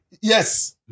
Yes